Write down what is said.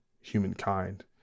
humankind